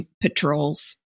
patrols